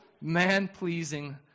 man-pleasing